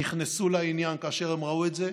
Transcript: נכנסו לעניין כאשר הם ראו את זה,